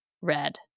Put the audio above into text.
red